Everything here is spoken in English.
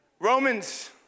Romans